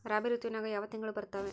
ರಾಬಿ ಋತುವಿನ್ಯಾಗ ಯಾವ ತಿಂಗಳು ಬರ್ತಾವೆ?